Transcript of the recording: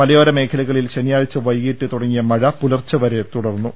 മലയോര മേഖലകളിൽ ശനിയാഴ്ച വൈകീട്ട് തുടങ്ങിയ മഴ പുലർച്ചെവരെ തുടർന്നു